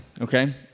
okay